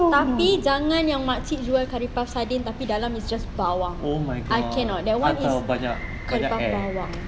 tapi jangan yang makcik jual curry puff tapi dalam is just bawang I cannot that [one] is curry puff bawang